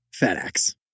FedEx